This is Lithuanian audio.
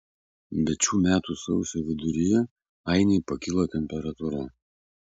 bet šių metų sausio viduryje ainei pakilo temperatūra